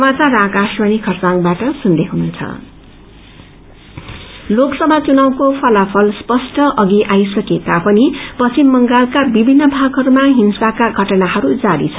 माझ्लेन्स लोकसभा चुनावको फलाुल स्पष्ट अधि आइसके तापनि पश्चिम बंगालका विभिन्न भागहरूमा हिंसाका घटनाहरू जारी छ